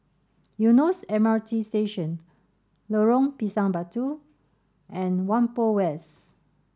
Eunos M R T Station Lorong Pisang Batu and Whampoa West